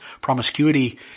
promiscuity